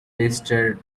tasted